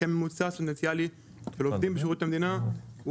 כי הממוצע הסטודנטיאלי של עובדים בשירות המדינה הוא